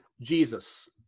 Jesus